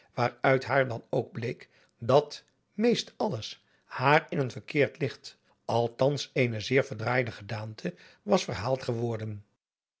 waaruit haar dan ook bleek dat meest alles haar in een verkeerd licht althans eene zeer verdraaide gedaante was verhaald geworden